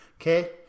Okay